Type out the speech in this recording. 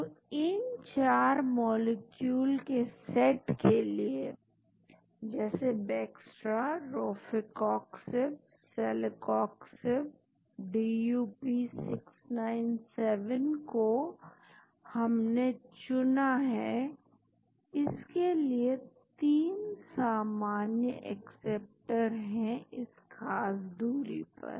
तो इन चार मॉलिक्यूल के सेट के लिए जैसे Bextra Rofecoxib Celecoxib DUP 697 को हमने चुना है इनके लिए 3 सामान्य एक्सेप्टर हैं इस खास दूरी पर